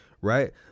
Right